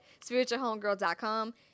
spiritualhomegirl.com